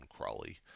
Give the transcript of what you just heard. Crawley